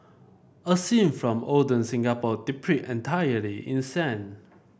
a scene from olden Singapore entirely in sand